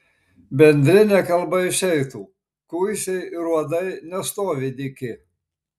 bendrine kalba išeitų kuisiai ir uodai nestovi dyki